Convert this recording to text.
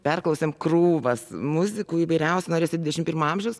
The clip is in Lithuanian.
perklausėm krūvas muzikų įvairiausių norisi dvidešim pirmo amžius